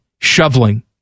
shoveling